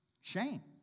Shame